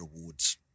awards